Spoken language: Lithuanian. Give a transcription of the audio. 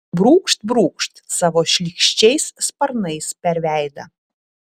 brūkšt brūkšt savo šlykščiais sparnais per veidą